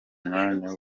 umwanya